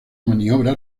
maniobra